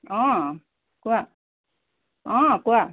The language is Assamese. অঁ কোৱা অঁ কোৱা